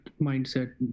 mindset